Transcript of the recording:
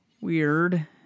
weird